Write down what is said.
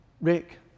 Rick